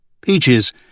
Peaches